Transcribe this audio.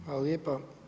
Hvala lijepo.